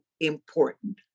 important